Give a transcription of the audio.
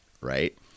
right